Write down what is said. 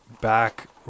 back